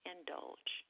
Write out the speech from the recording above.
indulge